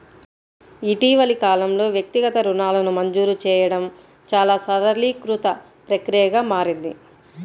ఇటీవలి కాలంలో, వ్యక్తిగత రుణాలను మంజూరు చేయడం చాలా సరళీకృత ప్రక్రియగా మారింది